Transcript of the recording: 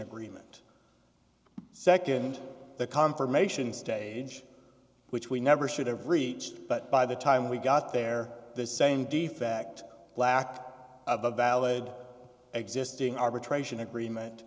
agreement nd the confirmation stage which we never should have reached but by the time we got there the same defect lack of a valid existing arbitration agreement